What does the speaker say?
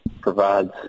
provides